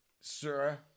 sir